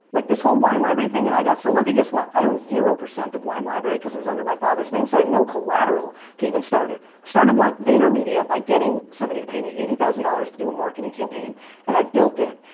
like this whole wine library thing and i got so lucky, guess what? i own zero percent of wine library cause it was under my father's name so i had no collateral to even start it. started vaynermedia by getting somebody to pay me eighty thousand dollars to do a marketing campaign and i've built it.